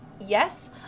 Yes